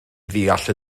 ddeall